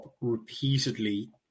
repeatedly